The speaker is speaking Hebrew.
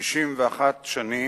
61 שנים,